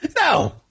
No